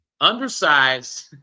undersized